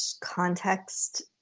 context